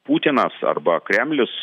putinas arba kremlius